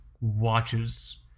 watches